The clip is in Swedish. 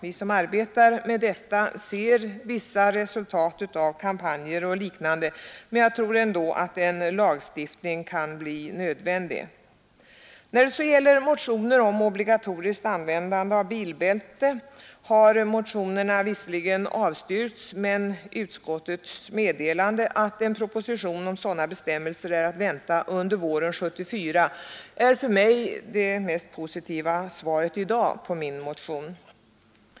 Vi som arbetar med detta ser vissa resultat av kampanjer och liknande, men jag tror ändå att en lagstiftning kan bli nödvändig. Motionerna om obligatoriskt användande av bilbälte har visserligen avstyrkts, men utskottets meddelande att en proposition med sådana bestämmelser är att vänta under våren 1974 är för mig det mest positiva svaret i dag på min motion.